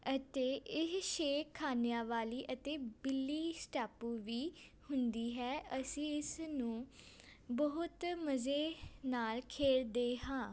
ਅਤੇ ਇਹ ਛੇ ਖਾਨਿਆਂ ਵਾਲੀ ਅਤੇ ਬਿੱਲੀ ਸਟੈਪੂ ਵੀ ਹੁੰਦੀ ਹੈ ਅਸੀਂ ਇਸ ਨੂੰ ਬਹੁਤ ਮਜ਼ੇ ਨਾਲ ਖੇਲਦੇ ਹਾਂ